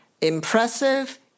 Impressive